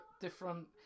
different